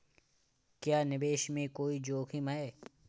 क्या निवेश में कोई जोखिम है?